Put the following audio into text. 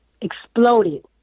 exploded